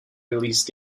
release